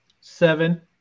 Seven